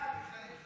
לאט-לאט.